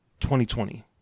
2020